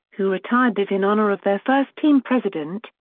who retired it in honor of their first team president,